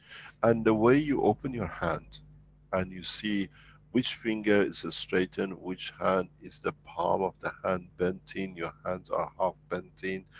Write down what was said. and the way you open your hand and you see which finger is straightened. which hand is the palm of the hand, bent in, your hands are half bent in.